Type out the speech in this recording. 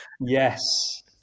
Yes